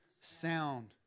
sound